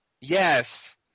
Yes